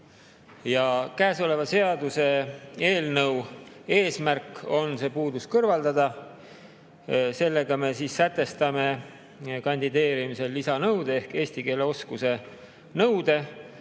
Käesoleva seaduseelnõu eesmärk on see puudus kõrvaldada. Sellega me sätestame kandideerimisel lisanõude ehk eesti keele oskuse nõude,